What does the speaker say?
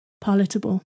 palatable